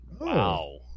wow